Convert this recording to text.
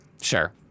sure